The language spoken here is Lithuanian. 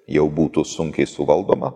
jau būtų sunkiai suvaldoma